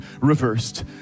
reversed